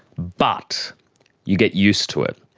but you get used to it.